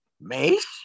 Mace